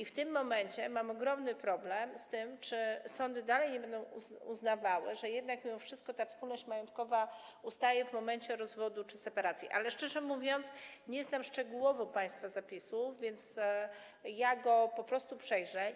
W tym momencie mam ogromny problem z tym, czy sądy dalej nie będą uznawały, że jednak mimo wszystko ta wspólność majątkowa ustaje w momencie rozwodu czy separacji, ale szczerze mówiąc, nie znam szczegółowo państwa zapisów, więc po prostu je przejrzę.